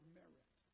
merit